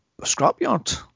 scrapyard